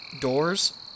doors